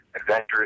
adventures